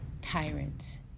tyrants